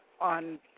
on